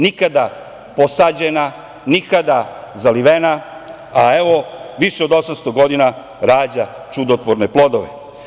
Nikada posađena, nikada zalivena, a evo više od 800 godina rađa čudotvorne plodove.